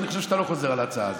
אני חושב שאתה לא חוזר על ההצעה הזו,